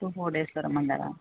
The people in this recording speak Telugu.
టూ ఫోర్ డేస్లో రమ్మంటారా